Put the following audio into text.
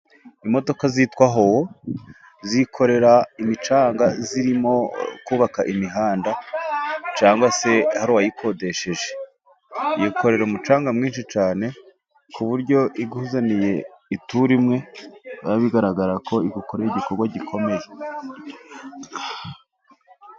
Imodoka zitwa howo, zikorera imicanga irimo kubaka imihanda cyangwa se uwayikodesheje, yikorera umucanga mwinshi cyane, ku buryo iyo iwukuzaniye ituru imwe, biba bigaragara ko igukoreye igikorwa gikomeye.